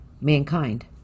mankind